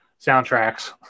soundtracks